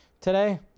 today